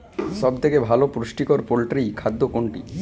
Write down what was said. সব থেকে ভালো পুষ্টিকর পোল্ট্রী খাদ্য কোনটি?